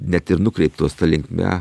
net ir nukreiptos ta linkme